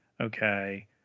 Okay